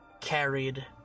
carried